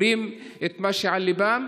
אומרים את מה שעל ליבם,